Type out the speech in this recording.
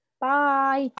Bye